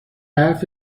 حرفت